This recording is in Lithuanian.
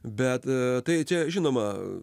bet tai čia žinoma